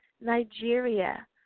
Nigeria